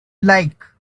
like